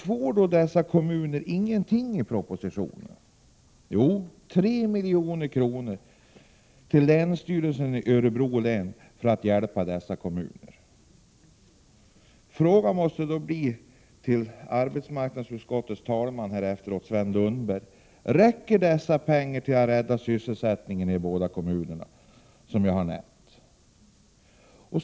Får då dessa kommuner ingenting i propositionen? Jo, det föreslås 3 milj.kr. till länsstyrelsen i Örebro län för hjälp till dessa kommuner. Frågan till arbetsmarknadsutskottets talesman Sven Lundberg måste då bli: Räcker dessa pengar för att rädda sysselsättningen i de båda kommuner som jag har nämnt?